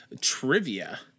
trivia